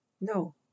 No